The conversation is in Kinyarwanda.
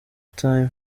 time